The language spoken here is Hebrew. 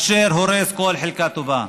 אשר הורס כל חלקה טובה.